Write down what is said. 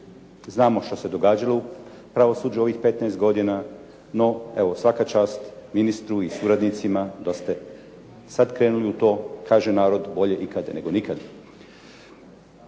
Znamo što se događalo u pravosuđu u ovih 15 godina, no evo svaka čast ministru i suradnicima da ste sad krenuli u to. Kaže narod: "Bolje ikad nego nikad."